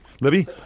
Libby